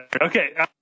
Okay